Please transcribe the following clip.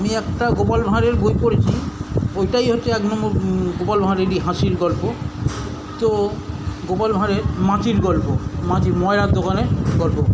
আমি একটা গোপাল ভাঁড়ের বই পড়েছি ওইটাই হচ্ছে এক নম্বর গোপাল ভাঁড়েরই হাসির গল্প তো গোপাল ভাঁড়ের মাছির গল্প মাছি ময়রার দোকানের গল্প